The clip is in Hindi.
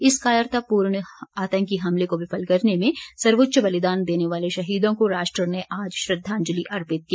इस कायरतापूर्ण आतंकी हमले को विफल करने में सर्वोच्च बलिदान देने वाले शहीदों को राष्ट्र ने आज श्रद्वांजलि अर्पित की